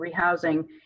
rehousing